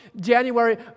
January